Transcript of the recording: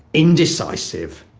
indecisive,